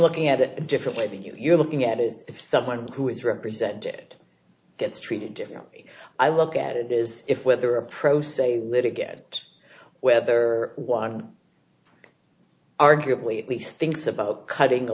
looking at it differently than you're looking at is if someone who is represented gets treated differently i look at it is if whether a pro se litigant whether one arguably at least thinks about cutting a